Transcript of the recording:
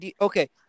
Okay